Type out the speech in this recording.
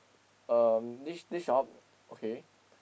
uh this this shop okay